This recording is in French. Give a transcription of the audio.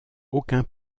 aucun